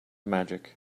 magic